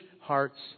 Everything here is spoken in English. hearts